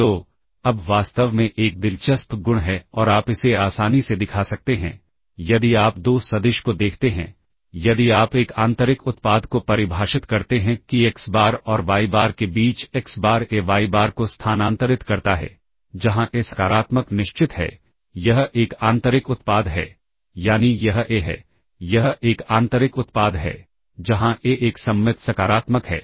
तो अब वास्तव में एक दिलचस्प गुण है और आप इसे आसानी से दिखा सकते हैं यदि आप दो सदिश को देखते हैं यदि आप एक आंतरिक उत्पाद को परिभाषित करते हैं कि एक्स बार और वाई बार के बीच x bar A y bar को स्थानांतरित करता है जहां ए सकारात्मक निश्चित है यह एक आंतरिक उत्पाद है यानी यह ए है यह एक आंतरिक उत्पाद है जहां ए एक सममित सकारात्मक है